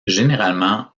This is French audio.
généralement